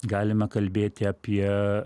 galima kalbėti apie